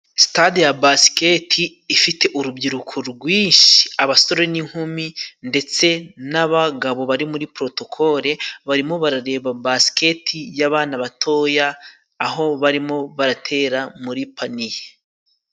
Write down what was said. Sitade ya basiketi, ifite urubyiruko rwinshi abasore n'inkumi ndetse n'abagabo bari muri porotokole barimo barareba basiketi y'abana batoya aho barimo baratera muri paniye.